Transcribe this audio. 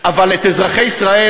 אבל את אזרחי ישראל,